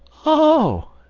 oh!